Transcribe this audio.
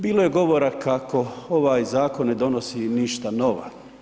Bilo je govora kako ovaj zakon ne donosi ništa nova.